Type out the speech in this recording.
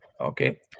okay